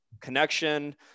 connection